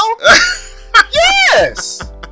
Yes